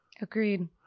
Agreed